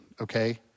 okay